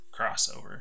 crossover